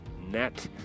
net